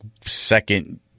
second